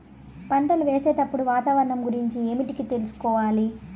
పంటలు వేసేటప్పుడు వాతావరణం గురించి ఏమిటికి తెలుసుకోవాలి?